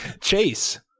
Chase